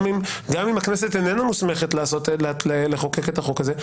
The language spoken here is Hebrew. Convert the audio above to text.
גם אם הכנסת איננה מוסמכת לחוקק את החוק הזה.